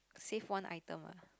save one item ah